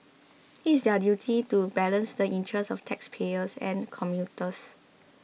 it is their duty to balance the interests of taxpayers and commuters